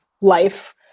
life